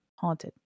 haunted